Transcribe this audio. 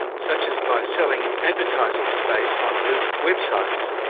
such as by selling advertising space on mooc websites,